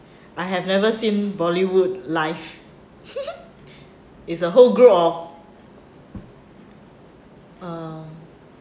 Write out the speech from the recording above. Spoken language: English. I have never seen bollywood live it's a whole group of uh